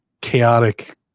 chaotic